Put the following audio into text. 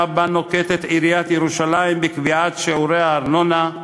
שנוקטת עיריית ירושלים בקביעת שיעורי הארנונה.